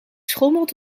schommelt